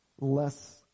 less